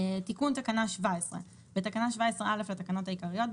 תיקון תקנה 17 בתקנה 17(א) לתקנות העיקריות,